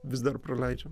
vis dar praleidžiam